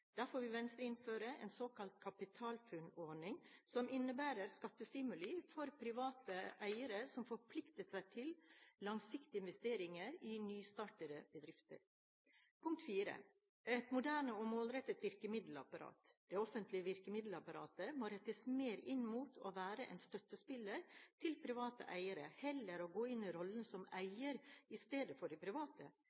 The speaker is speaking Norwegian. Derfor vil Venstre innføre en såkalt KapitalFUNN-ordning som innebærer skattestimuli for private eiere som forplikter seg til langsiktige investeringer i nystartede bedrifter. Venstre vil ha et moderne og målrettet virkemiddelapparat. Det offentlige virkemiddelapparatet må rettes mer inn mot å være en støttespiller for private eiere, heller enn å gå inn i rollen som